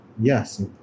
Yes